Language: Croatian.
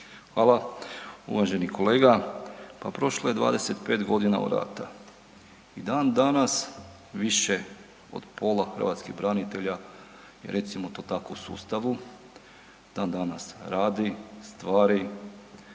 Hvala. Uvaženi kolega, pa prošlo je 25 godina od rata i dan danas više od pola hrvatskih branitelja recimo to tako u sustavu dan danas radi stvari,